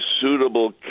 suitable